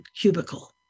cubicle